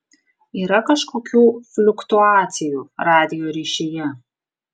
yra kažkokių fliuktuacijų radijo ryšyje